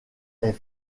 est